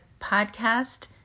podcast